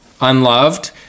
Unloved